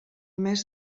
mes